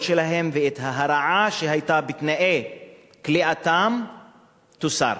שלהם וההרעה שהיתה בתנאי כליאתם תוסר.